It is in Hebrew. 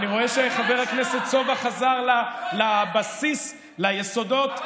אני רואה שחבר הכנסת סובה חזר לבסיס, ליסודות.